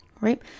Right